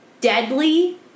deadly